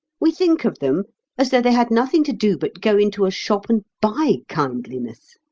we think of them as though they had nothing to do but go into a shop and buy kindliness.